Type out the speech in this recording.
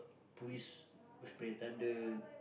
police superintendent